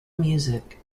music